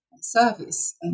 service